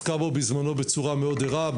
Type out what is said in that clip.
עסקה בו בזמנו בצורה מאוד ערה.